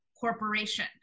corporation